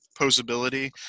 posability